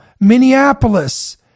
Minneapolis